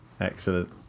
Excellent